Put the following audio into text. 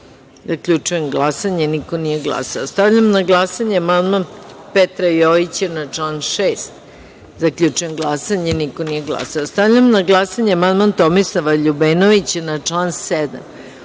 37.Zaključujem glasanje: niko nije glasao. Stavljam na glasanje amandman Petra Jojića na član 38.Zaključujem glasanje: niko nije glasao. Stavljam na glasanje amandman Tomislava Ljubenovića na član